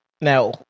Now